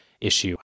issue